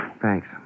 Thanks